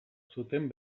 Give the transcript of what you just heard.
zuten